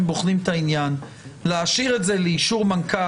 בוחנים את העניין להשאיר את זה לאישור מנכ"ל.